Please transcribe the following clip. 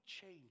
change